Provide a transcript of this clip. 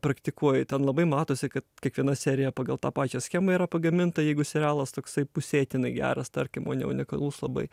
praktikuoji ten labai matosi kad kiekviena serija pagal tą pačią schemą yra pagaminta jeigu serialas toksai pusėtinai geras tarkim o ne unikalus labai